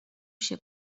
się